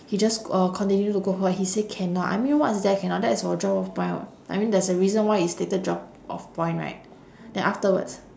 he just g~ uh continue to go forward he say cannot I mean what's there cannot that's for drop off point [what] I mean there's a reason why it's stated drop off point right then afterwards